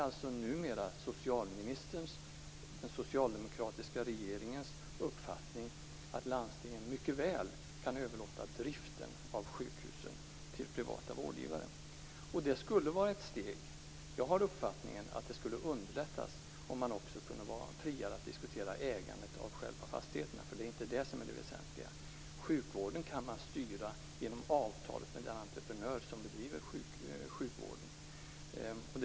Det är numera den socialdemokratiska regeringens uppfattning att landstingen mycket väl kan överlåta driften av sjukhusen till privata vårdgivare. Jag har uppfattningen att steget skulle underlättas om man kunde vara friare att diskutera ägandet av fastigheterna. Det är inte det som är det väsentliga. Sjukvården kan styras med hjälp av avtal med den entreprenör som bedriver sjukvården.